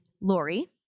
Lori